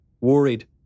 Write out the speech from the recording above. worried